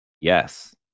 Yes